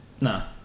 No